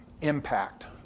impact